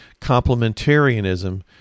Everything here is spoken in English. complementarianism